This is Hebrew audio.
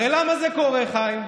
הרי למה זה קורה, חיים?